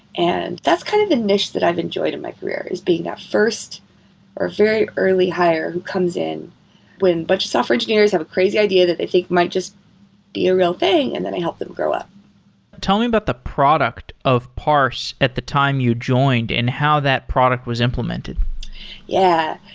and that's kind of a niche that i've enjoyed in my career is being at first or very early hire who comes in when bunch of software engineers have a crazy idea that they think might just be a real thing and then i help them grow up tell me about the product of parse at the time you joined and how that product was implemented yeah.